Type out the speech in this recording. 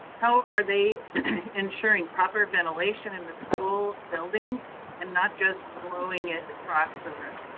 how are they ensuring proper ventilation in the school buildings and not just blowing it across the room?